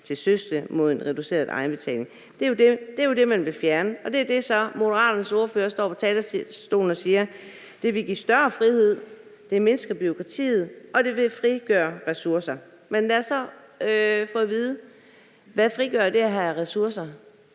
til søskende mod en reduceret egenbetaling. Det er jo det, man vil fjerne, og det er så det, som Moderaternes ordfører står på talerstolen og siger vil give større frihed, mindske bureaukratiet og frigøre ressourcer. Men lad os så få at vide: Hvad frigør det her af ressourcer?